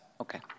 Okay